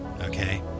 Okay